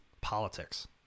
politics